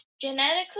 Genetically